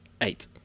Eight